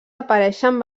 apareixen